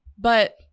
But-